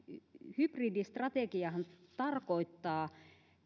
hybridistrategiahan tarkoittaa